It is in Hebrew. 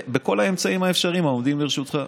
בכל האמצעים האפשריים העומדים לרשותך.